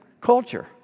culture